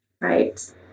Right